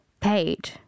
paid